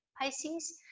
Pisces